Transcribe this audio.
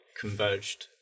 converged